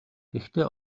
гэхдээ